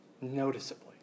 noticeably